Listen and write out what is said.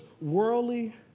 worldly